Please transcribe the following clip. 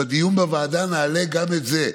בדיון בוועדה נעלה גם את זה.